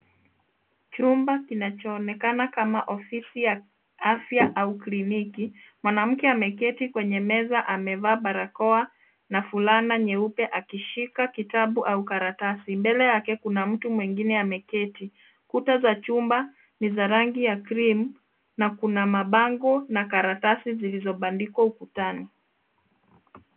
Chumba kinachoonekana kama ofisi ya afya au kliniki. Mwanamke ameketi kwenye meza. Amevaa barakoa na fulana nyeupe akishika kitabu au karatasi. Mbele yake kuna mtu mwengine ameketi. Kuta za chumba ni za rangi ya cream na kuna mabango na karatasi zilizobandikwa ukutani.